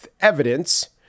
evidence